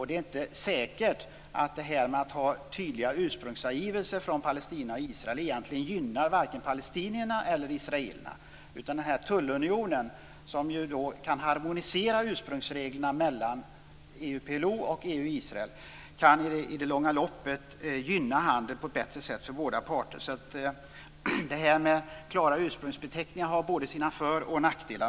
Det är inte säkert att tydliga ursprungsangivelser från Palestina och Israel egentligen gynnar vare sig palestinierna eller israelerna. Den här tullunionen, som kan harmonisera ursprungsreglerna mellan EU-PLO och EU-Israel, kan i det långa loppet på ett bättre sätt gynna handeln för båda parter. Klara ursprungsbeteckningar har både sina för och nackdelar.